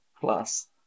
plus